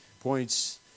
points